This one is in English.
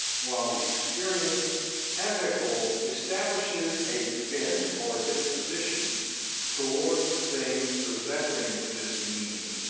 while the experience as a whole establishes a bent or disposition toward the things possessing this meaning.